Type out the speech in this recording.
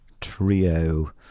trio